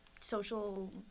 social